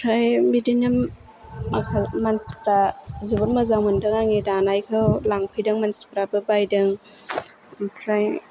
ओमफ्राय बिदिनो माखा मानसिफ्रा जोबोद मोजां मोन्दों आंनि दानायखौ लांफैदों मानसिफ्राबो बायदों ओमफ्राय